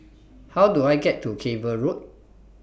How Do I get to Cable Road